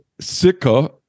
Sika